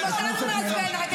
גם אותנו זה מעצבן.